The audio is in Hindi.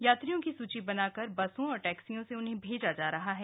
यात्रियों की सूची बनाकर बसों और टैक्सियों से उन्हें भेजा जा रहा है